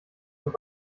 und